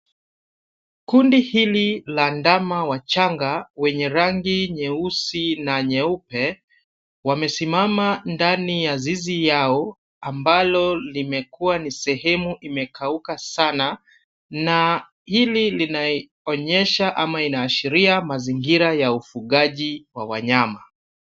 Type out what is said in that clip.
Kundi hili la ndama wachanga wenye rangi nyeusi na nyeupe wamesimama ndani ya zizi lao ambalo limekuwa ni sehemu ambayo imekauka sana, na hili linaonyesha ama inaashiria mazingira ya ufugaji wa wanyama.